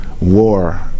war